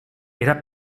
era